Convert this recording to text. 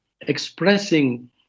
expressing